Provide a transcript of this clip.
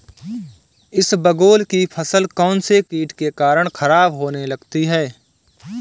इसबगोल की फसल कौनसे कीट के कारण खराब होने लग जाती है?